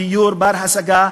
דיור בר-השגה,